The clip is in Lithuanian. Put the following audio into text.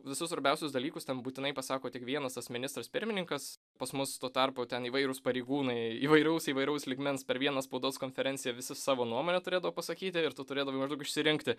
visus svarbiausius dalykus ten būtinai pasako tik vienas tas ministras pirmininkas pas mus tuo tarpu ten įvairūs pareigūnai įvairaus įvairaus lygmens per vieną spaudos konferenciją visi savo nuomonę turėdavo pasakyti ir tu turėdavai maždaug išsirinkti